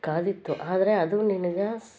ಕಾದಿತ್ತು ಆದರೆ ಅದು ನಿನ್ಗೆ ಸ್